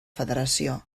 federació